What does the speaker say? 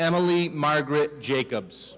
emily margaret jacobs